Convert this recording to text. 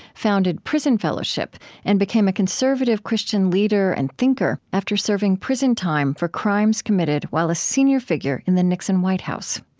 founded prison fellowship and became a conservative christian leader and thinker after serving prison time for crimes committed while a senior figure in the nixon white house.